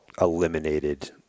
eliminated